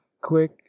quick